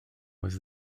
was